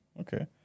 Okay